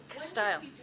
style